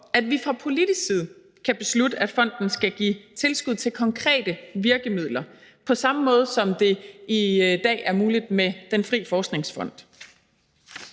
at vi fra politisk side kan beslutte, at fonden skal give tilskud til konkrete virkemidler, på samme måde som det i dag er muligt med Danmarks Frie Forskningsfond.